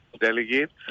delegates